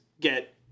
get